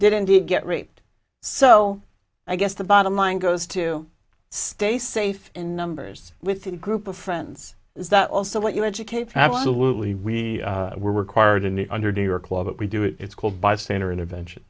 did indeed get raped so i guess the bottom line goes to stay safe in numbers with a group of friends that also let you educate absolutely we were required in the under to your club but we do it it's called bystander intervention